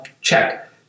check